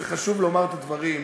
זה חשוב לומר את הדברים.